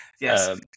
Yes